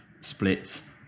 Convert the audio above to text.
splits